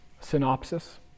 synopsis